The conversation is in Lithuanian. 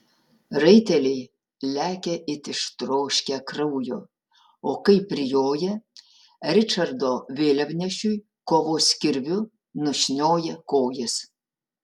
raiteliai lekia it ištroškę kraujo o kai prijoja ričardo vėliavnešiui kovos kirviu nušnioja kojas